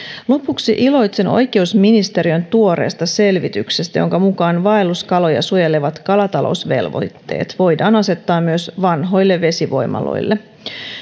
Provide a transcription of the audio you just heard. lopuksi iloitsen oikeusministeriön tuoreesta selvityksestä jonka mukaan vaelluskaloja suojelevat kalatalousvelvoitteet voidaan asettaa myös vanhoille vesivoimaloille